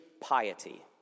piety